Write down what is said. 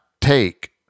take